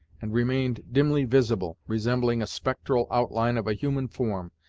and remained dimly visible, resembling a spectral outline of a human form,